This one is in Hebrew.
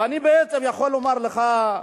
ואני בעצם יכול לומר לך,